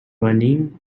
running